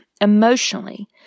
emotionally